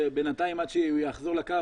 בינתיים עד שהוא יחזור לקו,